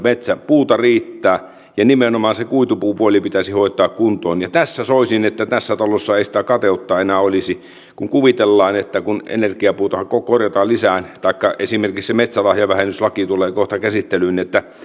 puuta riittää ja nimenomaan se kuitupuupuoli pitäisi hoitaa kuntoon tässä soisin että tässä talossa ei sitä kateutta enää olisi että kuvitellaan että kun energiapuuta korjataan lisää niin esimerkiksi metsälahjavähennyslaki joka tulee kohta käsittelyyn